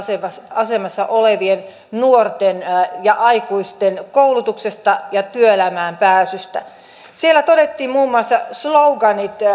asemassa olevien nuorten ja aikuisten koulutuksesta ja työelämään pääsystä ja siellä todettiin muun muassa sloganit